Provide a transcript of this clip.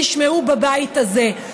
נשמעו בבית הזה.